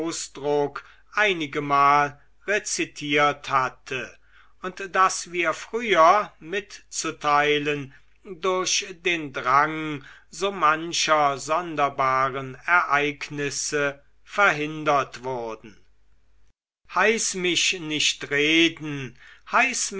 ausdruck einigemal rezitiert hatte und das wir früher mitzuteilen durch den drang so mancher sonderbaren ereignisse verhindert wurden heiß mich nicht reden heiß